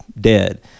dead